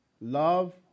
love